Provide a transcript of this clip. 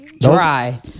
dry